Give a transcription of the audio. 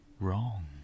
wrong